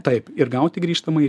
taip ir gauti grįžtamąjį